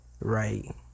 Right